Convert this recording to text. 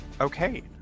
Okay